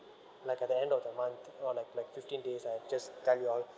like at the end of the month I'll like like fifteen days I just tell you all